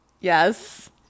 Yes